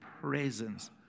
presence